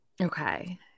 Okay